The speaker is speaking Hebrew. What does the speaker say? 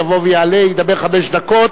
יבוא ויעלה וידבר חמש דקות.